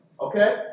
Okay